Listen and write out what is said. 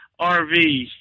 RV